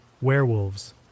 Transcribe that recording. werewolves